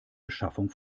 beschaffung